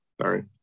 sorry